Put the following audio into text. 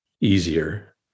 easier